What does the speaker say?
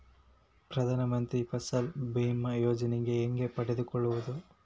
ಪ್ರಧಾನ ಮಂತ್ರಿ ಫಸಲ್ ಭೇಮಾ ಯೋಜನೆ ಹೆಂಗೆ ಪಡೆದುಕೊಳ್ಳುವುದು?